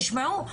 תשמעו,